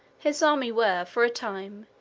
his army were, for a time,